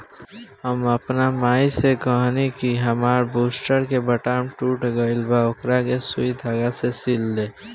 हम आपन माई से कहनी कि हामार बूस्टर के बटाम टूट गइल बा ओकरा के सुई धागा से सिल दे